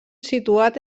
situat